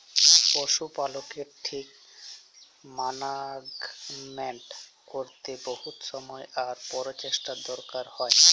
পশু পালকের ঠিক মানাগমেন্ট ক্যরতে বহুত সময় আর পরচেষ্টার দরকার হ্যয়